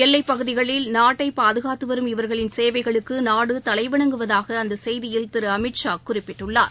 எல்லைப் பகுதிளில் நாட்டை பாதுகாத்து வரும் சேவைகளுக்கு இவர்களின் நாடு தலைவணங்குவதாக அந்த செய்தியில் திரு அமித்ஷா குறிப்பிட்டுள்ளார்